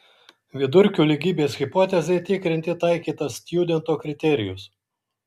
vidurkių lygybės hipotezei tikrinti taikytas stjudento kriterijus